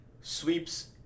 sweeps